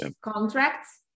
contracts